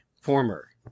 former